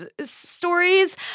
stories